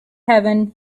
heaven